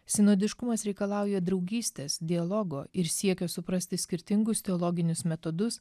sinodiškumas reikalauja draugystės dialogo ir siekio suprasti skirtingus teologinius metodus